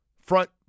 front